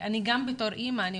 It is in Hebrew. אני מדברת גם כאימא.